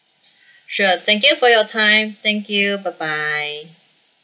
sure thank you for your time thank you bye bye